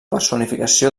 personificació